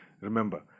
Remember